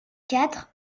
quatre